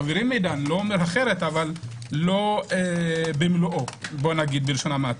מעבירים מידע אבל לא במלואו, בלשון המעטה.